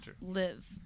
live